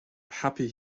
happy